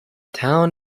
town